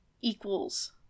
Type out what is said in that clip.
equals